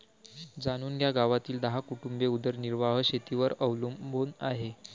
जाणून घ्या गावातील दहा कुटुंबे उदरनिर्वाह शेतीवर अवलंबून आहे